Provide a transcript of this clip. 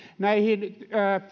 näihin